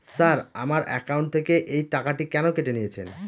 Sir আমার account থেকে এই টাকাটি কেন কেটে নিয়েছেন?